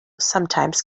sometimes